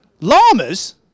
Llamas